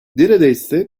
neredeyse